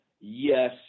yes